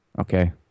Okay